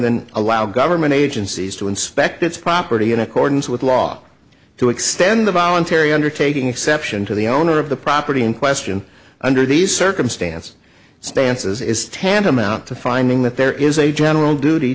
than allow government agencies to inspect its property in accordance with law to extend a voluntary undertaking exception to the owner of the property in question under these circumstances stances is tantamount to finding that there is a general duty